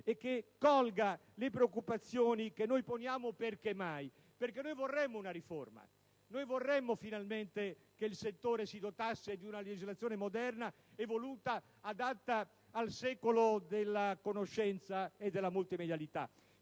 e colga le preoccupazioni che noi poniamo. Perché noi vorremmo una riforma, noi vorremmo che finalmente il settore si dotasse di una legislazione moderna, evoluta e adatta al secolo della conoscenza e della multimedialità.